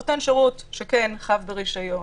נותן שירות שכן חייב ברישיון